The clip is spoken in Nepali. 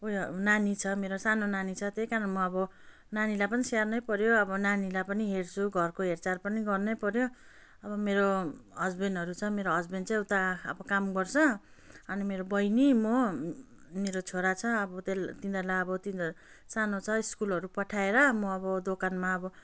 उयो नानी छ मेरो सानो नानी छ त्यही कारण म अब नानीलाई पनि स्याहार्नै पऱ्यो अब नानीलाई पनि हेर्छु घरको हेरविचार पनि गर्नै पऱ्यो अब मेरो हसबेन्डहरू छ मेरो हसबेन्ड चाहिँ उता अब काम गर्छ अनि मेरो बहिनी म मेरो छोरा छ अब ते तिनीहरूलाई अब तिनीहरू सानो छ स्कुलहरू पठाएर म अब दोकानमा अब